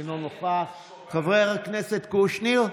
אינו נוכח, חבר הכנסת קושניר,